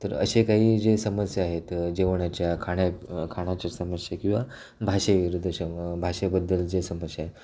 तर असे काही ज्या समस्या आहेत जेवणाच्या खाण्या खाण्याच्या समस्या किंवा भाषेविरुद्ध श भाषेबद्दलच्या समस्या